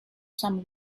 some